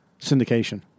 Syndication